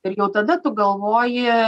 ir jau tada tu galvoji